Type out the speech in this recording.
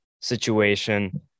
situation